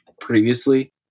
previously